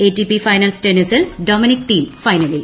ATP finals ടെന്നീസിൽ Dominic Thiem ഫൈനലിൽ